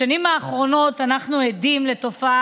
בשנים האחרונות אנחנו עדים לתופעה